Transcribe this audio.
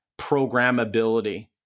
programmability